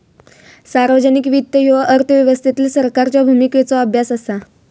सार्वजनिक वित्त ह्यो अर्थव्यवस्थेतील सरकारच्या भूमिकेचो अभ्यास असा